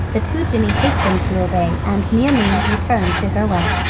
the two genii hastened to obey, and maimoune returned to her well.